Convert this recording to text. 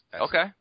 Okay